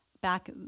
back